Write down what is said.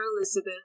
elizabeth